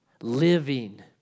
Living